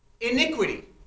iniquity